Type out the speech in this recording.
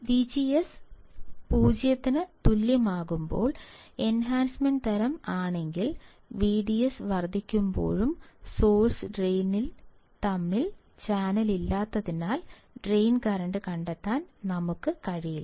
VGS 0 ന് തുല്യമാകുമ്പോൾ enhancement തരം ആണെങ്കിൽ VDS വർദ്ധിക്കുമ്പോഴും സോഴ്സും ഡ്രെയിനും തമ്മിൽ ചാനൽ ഇല്ലാത്തതിനാൽ ഡ്രെയിൻ കറൻറ് കണ്ടെത്താൻ ഞങ്ങൾക്ക് കഴിഞ്ഞില്ല